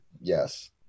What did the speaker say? Yes